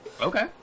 okay